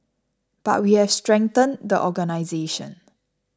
but we have strengthened the organisation